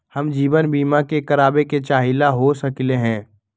हम जीवन बीमा कारवाबे के चाहईले, हो सकलक ह?